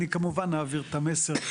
אני כמובן אעביר את המסר.